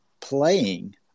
playing